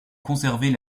conserver